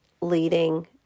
leading